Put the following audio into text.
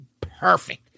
Perfect